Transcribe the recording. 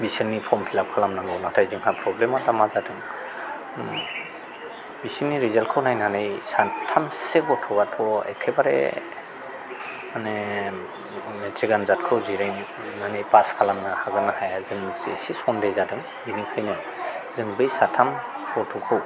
बिसोरनि form fill up खालामनांगौ नाथाय जोंहा प्रब्लेमा दा मा जादों बिसोरनि रिजाल्टखौ नायनानै साथामसो गथ'आथ' एखेबारे माने मेट्रिक आनजादखौ जिरायनानै पास खालामनो हागोन ना हाया जों एसे सन्देह जादों बेनिखायनो जों बै साथाम गथ'खौ